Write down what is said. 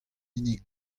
hini